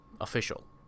official